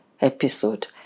episode